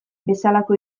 bezalako